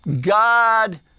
God